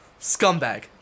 Scumbag